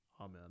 Amen